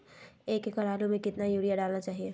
एक एकड़ आलु में कितना युरिया डालना चाहिए?